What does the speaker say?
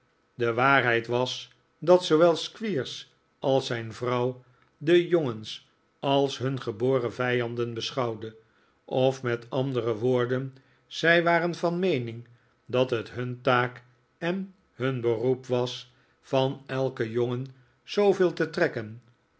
de waarheid was dat zoowel squeers als zijn vrouw de jongens als hun geboren vijanden beschouwden of met andere woorden zij waren van nieening dat het hun taak en hun beroep was van elken jongen zooveel te trekken